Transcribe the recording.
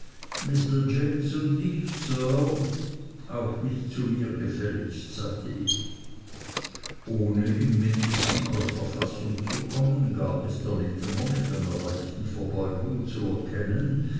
james und ich sir auch nicht zu mir gefälligst sagte ich ohne im mindesten aus der fassung zu kommen gab mr littimer mit einer leichten verbeugung zu erkennen